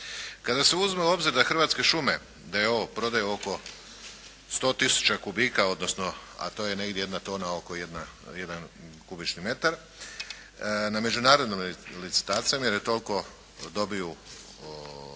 Kada se uzme u obzir da Hrvatske šume, d.o. prodaje oko 100 tisuća kubika, odnosno a to je negdje jedna tona oko jedan kubični metar, na međunarodnim licitacijom jer toliko dobiju